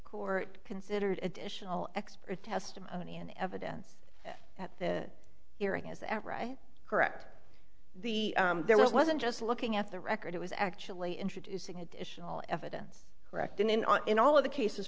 court considered additional expert testimony and evidence at the hearing is that right correct the there wasn't just looking at the record it was actually introducing additional evidence correct in in on in all of the cases